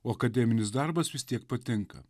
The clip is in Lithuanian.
o akademinis darbas vis tiek patinka